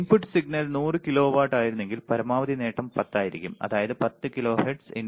input signal 100 kilo watt ആയിരുന്നെങ്കിൽ പരമാവധി നേട്ടം 10 ആയിരിക്കും അതായത് 10 കിലോ ഹെർട്സ്